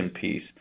piece